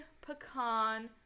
pecan